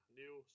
new